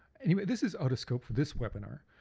anyway, this is out of scope for this webinar,